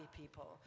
people